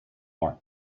more